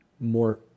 more